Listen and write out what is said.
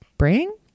bring